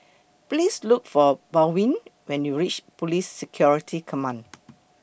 Please Look For Baldwin when YOU REACH Police Security Command